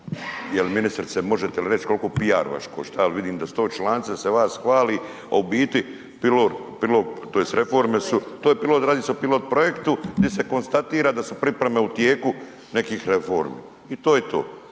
jel ministrice možete li reći koliko PR vaš košta, a vidim da su to članci da se vas hvali, a u biti reforme su to je pilot, radi se o pilot projektu gdje se konstatira da su pripreme u tijeku nekih reformi i to je to,